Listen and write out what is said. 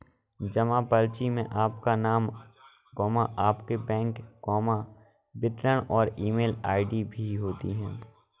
जमा पर्ची में आपका नाम, आपके बैंक विवरण और ईमेल आई.डी होती है